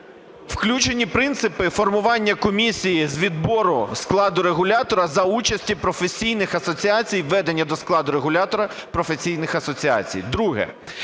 Включені принципи формування комісії з відбору складу регулятора за участі професійних асоціацій і введення до складу регулятора професійних асоціацій. Друге.